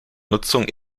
nutzung